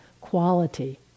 quality